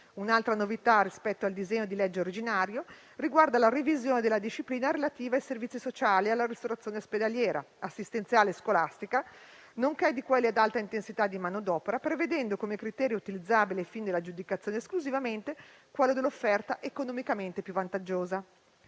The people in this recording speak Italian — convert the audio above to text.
Un'altra novità rispetto al disegno di legge originario riguarda la revisione della disciplina relativa ai servizi sociali, alla ristorazione ospedaliera, assistenziale e scolastica, nonché di quelle ad alta intensità di manodopera, prevedendo, come criterio utilizzabile ai fini dell'aggiudicazione, esclusivamente quello dell'offerta economicamente più vantaggiosa.